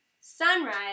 Sunrise